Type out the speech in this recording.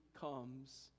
comes